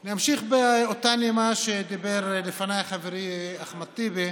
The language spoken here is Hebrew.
אני אמשיך באותה נימה שדיבר לפניי חברי אחמד טיבי,